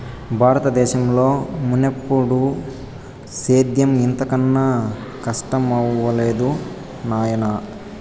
బారత దేశంలో మున్నెప్పుడూ సేద్యం ఇంత కనా కస్టమవ్వలేదు నాయనా